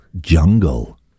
Jungle